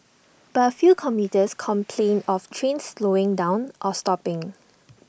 but A few commuters complained of trains slowing down or stopping